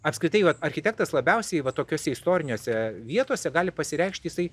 apskritai architektas labiausiai va tokiose istorinėse vietose gali pasireikšti jisai